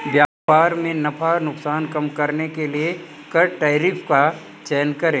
व्यापार में नफा नुकसान कम करने के लिए कर टैरिफ का चयन करे